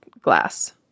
glass